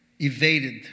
evaded